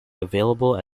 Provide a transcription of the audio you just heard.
available